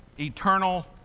eternal